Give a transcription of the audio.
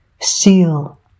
seal